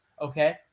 Okay